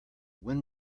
when